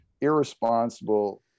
irresponsible